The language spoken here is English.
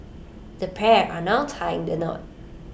the pair are now tying the knot